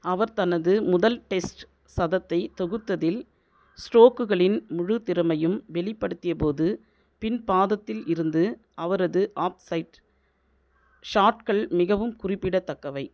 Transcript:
அவர் தனது முதல் டெஸ்ட் சதத்தை தொகுத்ததில் ஸ்டோரோக்குகளின் முழு திறமையும் வெளிப்படுத்தியபோது பின் பாதத்தில் இருந்து அவரது ஆஃப் சைட் ஷாட்கள் மிகவும் குறிப்பிடத்தக்கவை